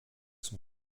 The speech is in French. son